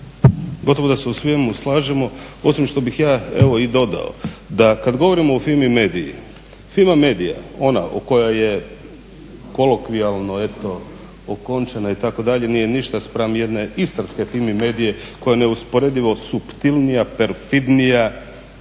Gotovo da se u svemu slažemo, osim što bih ja evo i dodao da kad govorimo o Fimi Medi-i, Fima Media ona o kojoj je kolokvijalno eto okončana itd. nije ništa spram jedne istarske Fimi Medie koja je neusporedivo suptilnija, perfidnija,